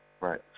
Right